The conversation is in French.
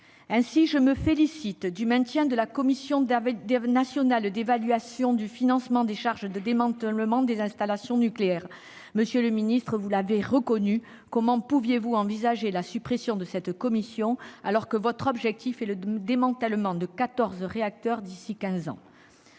Ainsi, je me félicite du maintien de la Commission nationale d'évaluation du financement des charges de démantèlement des installations nucléaires. Monsieur le secrétaire d'État, vous l'avez reconnu vous-même : comment pouvait-on envisager la suppression de cette commission, alors que votre objectif est le démantèlement de quatorze réacteurs d'ici à